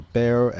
Bear